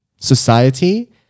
society